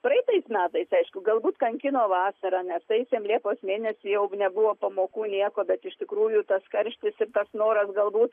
praeitais metais aišku galbūt kankino vasarą nes taisėm liepos mėnesį jaug nebuvo pamokų nieko bet iš tikrųjų tas karštis ir tas noras galbūt